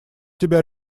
тебя